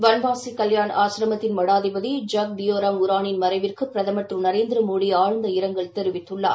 வன்வாசிகல்பாண் ஆசிரமத்தின் மடாதிபதி ஜக்த் தியோராம் ஒரானின் மறைவிற்குபிரதமர் திரு நரேந்திரமோடிஆழ்ந்த இரங்கல் தெரிவித்துள்ளார்